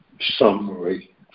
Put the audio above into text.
summary